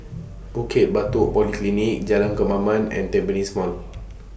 Bukit Batok Polyclinic Jalan Kemaman and Tampines Mall